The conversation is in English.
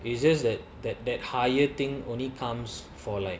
it's just that that that higher thing only comes for like